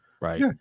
right